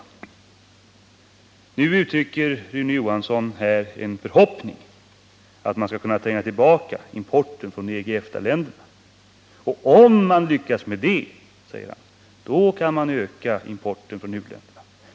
Nu uttrycker Rune Johansson en förhoppning om att man skall kunna tränga tillbaka importen från EG/EFTA-länderna, och om man lyckas med det kan man öka importen från u-länderna.